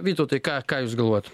vytautai ką ką jūs galvojat